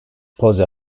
pose